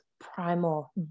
primal